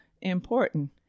important